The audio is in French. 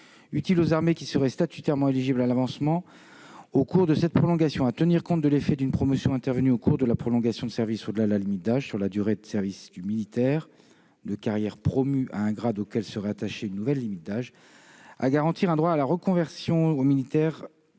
utiles aux armées qui seraient statutairement éligibles à l'avancement au cours de cette prolongation. Il s'agit de tenir compte de l'effet d'une promotion intervenue au cours de la prolongation de service au-delà de la limite d'âge sur la durée de service du militaire de carrière promu à un grade auquel serait attachée une nouvelle limite d'âge et de garantir un droit à la reconversion aux militaires